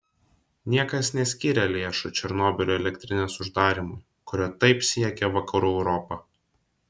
niekas neskyrė lėšų černobylio elektrinės uždarymui kurio taip siekia vakarų europa